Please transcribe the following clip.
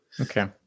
okay